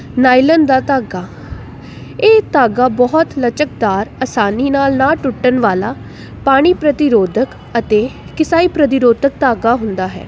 nylon ਦਾ ਧਾਗਾ ਇਹ ਧਾਗਾ ਬਹੁਤ ਲਚਕਦਾਰ ਆਸਾਨੀ ਨਾਲ ਨਾ ਟੁੱਟਣ ਵਾਲਾ ਪਾਣੀ ਪ੍ਰਤੀਰੋਧਕ ਅਤੇ ਕਿਸਾਈ ਪ੍ਰਤੀਰੋਧਕ ਧਾਗਾ ਹੁੰਦਾ ਹੈ